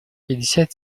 пятьдесят